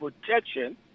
protection